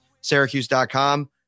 Syracuse.com